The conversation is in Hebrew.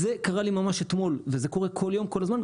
זה קרה לי ממש אתמול, וזה קורה כל יום, כל הזמן.